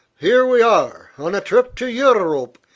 here we are, on a trip to eu-rope,